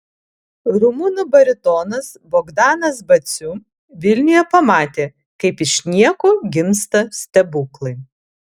rumunų baritonas bogdanas baciu vilniuje pamatė kaip iš nieko gimsta stebuklai